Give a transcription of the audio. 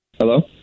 Hello